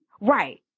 Right